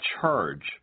charge